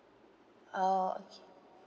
oh okay